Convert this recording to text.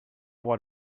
what